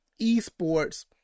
esports